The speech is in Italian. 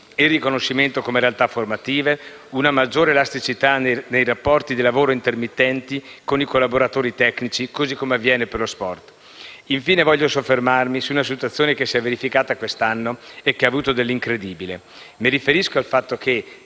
il riconoscimento come realtà formative, una maggiore elasticità nei rapporti di lavoro intermittenti con i collaboratori tecnici, così come avviene per lo sport. Infine voglio soffermarmi su una situazione che si è verificata quest'anno e che ha avuto dell'incredibile. Mi riferisco al fatto che,